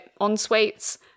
en-suites